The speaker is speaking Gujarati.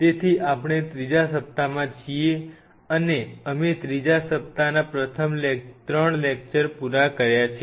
તેથી આપણે ત્રીજા સપ્તાહમાં છીએ અને અમે ત્રીજા સપ્તાહના પ્રથમ 3 લેક્ચર પૂરા કર્યા છે